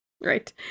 Right